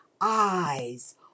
eyes